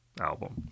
album